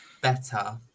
better